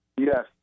Yes